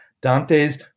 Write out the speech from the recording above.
Dante's